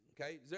Okay